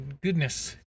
goodness